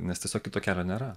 nes tiesiog kito kelio nėra